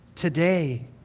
today